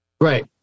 Right